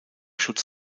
schutz